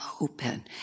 open